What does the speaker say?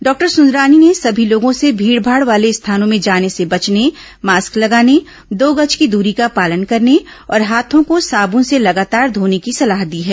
doctor Sundarani ने सभी लोगों से भीड़भाड़ वाले स्थानों में जाने से बचने मास्क लगाने दो गज की दूरी का पालन करने और हाथों को साबुन से लगातार घोने की सलाह दी है